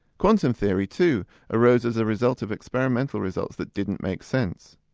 quantum theory too arose as a result of experimental results that didn't make sense.